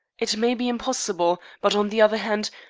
it may be impossible but on the other hand,